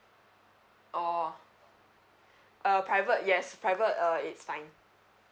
oh a private yes private uh it's fine